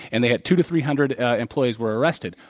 and they had two to three hundred employees were arrested.